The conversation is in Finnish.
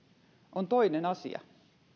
on toinen asia